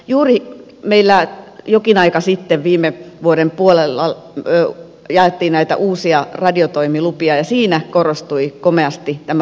juuri jokin aika sitten viime vuoden puolella jaettiin näitä uusia radiotoimilupia ja siinä korostui komeasti tämä paikallisuus